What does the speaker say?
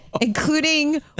Including